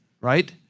right